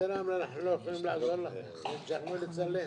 והמשטרה אמרו שהם לא יכולים לעזור להם והמשכנו לצלם.